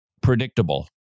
predictable